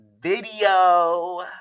video